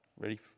ready